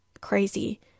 crazy